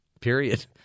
period